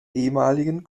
ehemaligen